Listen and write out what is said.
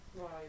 Right